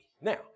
Now